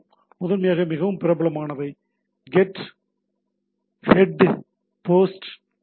முதன்மையாக மிகவும் பிரபலமானவை கெட் ஹெட் போஸ்ட் புட்